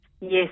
Yes